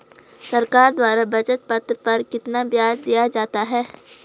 सरकार द्वारा बचत पत्र पर कितना ब्याज दिया जाता है?